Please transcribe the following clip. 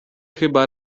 chyba